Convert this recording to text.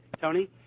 Tony